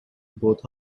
both